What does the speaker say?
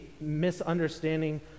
misunderstanding